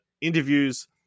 interviews